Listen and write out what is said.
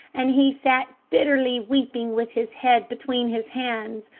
and he sat bitterly weeping with his head between his hands,